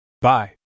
Bye